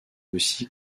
aussi